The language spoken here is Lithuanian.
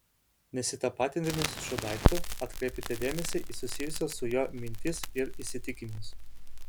nesitapatindami su šiuo daiktu atkreipkite dėmesį į susijusias su juo mintis ir įsitikinimus